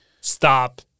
stop